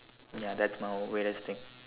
ya that's my weirdest thing